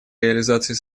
реализации